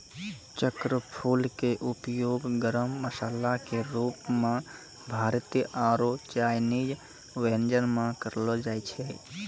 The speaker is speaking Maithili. चक्रफूल के उपयोग गरम मसाला के रूप मॅ भारतीय आरो चायनीज व्यंजन म करलो जाय छै